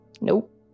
Nope